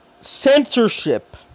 censorship